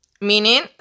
meaning